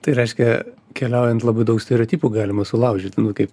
tai reiškia keliaujant labai daug stereotipų galima sulaužyt kaip